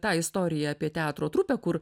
tą istoriją apie teatro trupę kur